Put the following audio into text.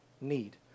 need